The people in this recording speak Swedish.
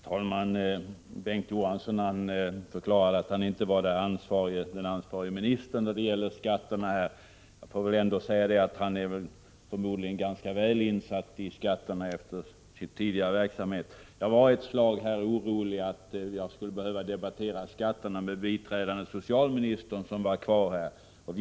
Herr talman! Bengt Johansson förklarade att han inte var den ansvarige ministern då det gäller skatterna. Jag får väl ändå säga att han förmodligen är ganska väl insatt i skatterna efter sin tidigare verksamhet. Jag var ett tag orolig för att jag skulle behöva debattera skatterna med biträdande socialministern, som var kvar här i kammaren.